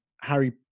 Harry